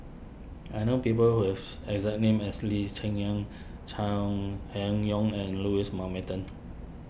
I know people who have exact name as Lee Cheng Yan Chai Hon Yoong and Louis Mountbatten